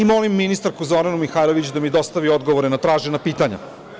Molim ministarku Zoranu Mihajlović da mi dostavi odgovore na tražena pitanja.